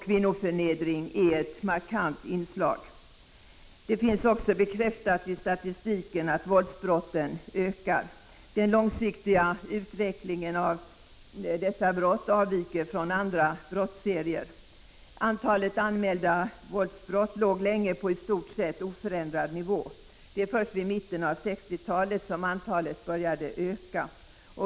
Kvinnoförnedring är ett markant inslag. Det finns bekräftat i statistiken att våldsbrotten ökar. Den långsiktiga utvecklingen av dessa brott avviker från andra brottsserier. Antalet anmälda våldsbrott låg länge på i stort sett oförändrad nivå. Det är först vid mitten av 1960-talet som antalet började öka.